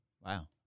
Wow